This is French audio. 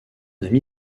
ami